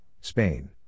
Spain